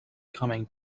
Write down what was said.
coming